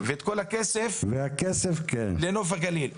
ואת כל הכסף לנוף הגליל.